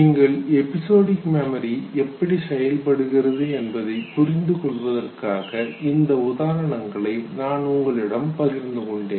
நீங்கள் episodic memory எப்படி செயல்படுகிறது என்பதை புரிந்து கொள்வதற்காக இந்த உதாரணங்களை நான் உங்களிடம் பகிர்ந்துகொண்டேன்